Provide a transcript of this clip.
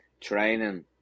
training